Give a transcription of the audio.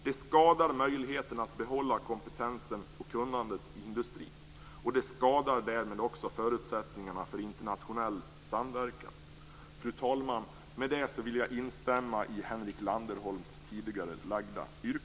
Det skadar möjligheterna att behålla kompetensen och kunnandet i industrin. Det skadar också förutsättningarna för internationell samverkan. Fru talman! Med det vill jag instämma i Henrik